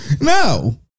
no